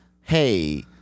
Hey